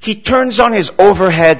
he turns on his overhead